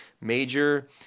major